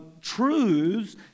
truths